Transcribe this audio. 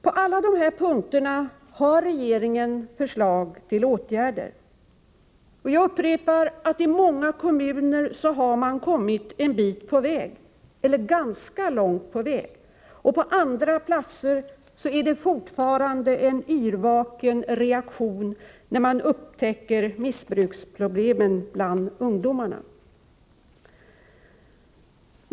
På alla dessa punkter har regeringen förslag till åtgärder. Jag upprepar att man i många kommuner kommit en bit på väg eller ganska långt på väg. På andra platser är det fortfarande en yrvaken reaktion när man upptäcker missbruksproblem bland ungdomarna.